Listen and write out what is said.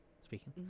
speaking